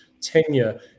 tenure